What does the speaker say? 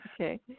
Okay